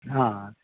অঁ